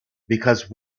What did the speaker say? because